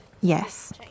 yes